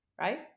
right